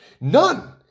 None